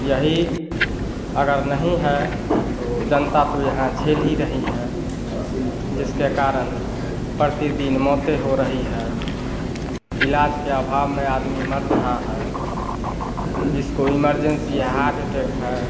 यही अगर नहीं है तो जनता तो यहाँ झेल ही रही है जिसके कारण प्रतिदिन मौतें हो रही हैं इलाज़ के अभाव में आदमी मर रहा है जिसको इमरजेन्सी हार्ट अटैक है